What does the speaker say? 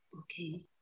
Okay